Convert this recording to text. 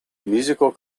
musical